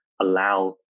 allow